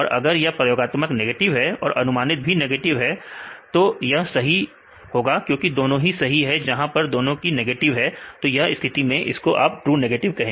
और अगर यह प्रयोगात्मक नेगेटिव है और अनुमानित भी नेगेटिव है तो यह सही होगा क्योंकि दोनों ही सही है जहां पर दोनों ही नेगेटिव है तो यह स्थिति में यह ट्रू नेगेटिव है